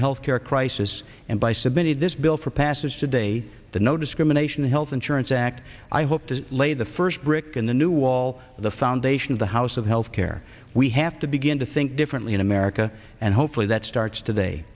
our health care crisis and by submitted this bill for passage today the no discrimination health insurance act i hope to lay the first brick in the new wall the foundation of the house of health care we have to begin to think differently in america and hopefully that starts today